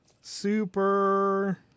Super